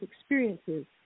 experiences